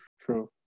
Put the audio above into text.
True